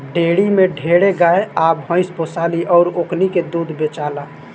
dairy में ढेरे गाय आ भइस पोसाली अउर ओकनी के दूध बेचाला